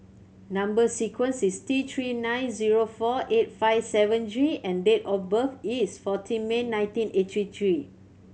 number sequence is T Three nine zero four eight five seven G and date of birth is fourteen May nineteen eighty three